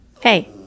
Hey